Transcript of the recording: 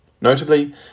Notably